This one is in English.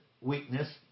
weakness